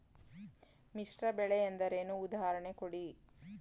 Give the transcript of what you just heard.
ಮಿಶ್ರ ಬೆಳೆ ಎಂದರೇನು, ಉದಾಹರಣೆ ಕೊಡಿ?